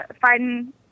fighting